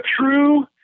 true